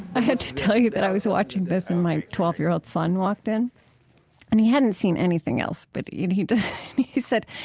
i have to tell you that i was watching this and my twelve year old son walked in and he hadn't seen anything else. but he he said,